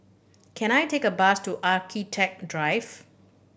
can I take a bus to Architect Drive